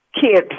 kids